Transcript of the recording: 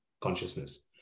consciousness